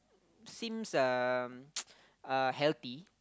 seems um uh healthy